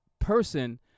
person